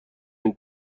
این